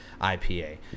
IPA